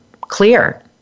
clear